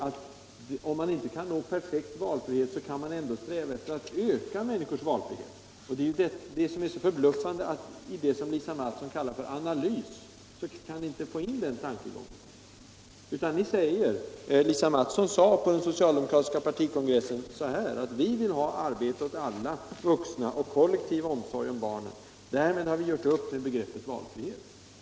Om man inte kan nå perfekt valfrihet kan man ändå sträva efter att öka människors valfrihet. Det är förbluffande att ni inte kan få in den tankegången i er analys, som Lisa Mattson kallar det. Lisa Mattson sade på den so cialdemokratiska partikongressen: Vi vill ha arbete åt alla vuxna och kollektiv omsorg om barnen. Därmed har vi gjort upp med begreppet valfrihet.